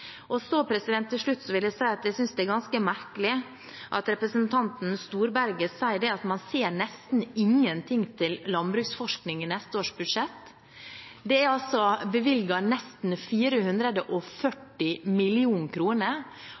Til slutt vil jeg si at jeg synes det er ganske merkelig at representanten Storberget sier at man ser nesten ingenting til landbruksforskning i neste års budsjett. Det er bevilget nesten 440